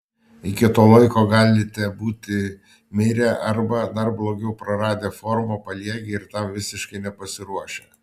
iki to laiko galite būti mirę arba dar blogiau praradę formą paliegę ir tam visiškai nepasiruošę